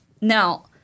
Now